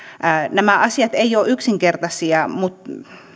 nämä asiat eivät ole yksinkertaisia mutta